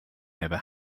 never